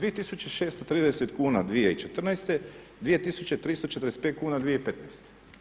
2630 kuna 2014., 2345 kuna 2015.